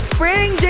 Spring